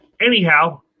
anyhow